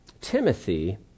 Timothy